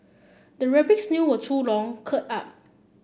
the rabbit's nail were too long curled up